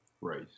Right